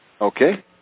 Okay